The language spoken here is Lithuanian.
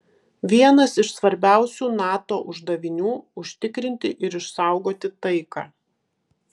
vienas iš svarbiausių nato uždavinių užtikrinti ir išsaugoti taiką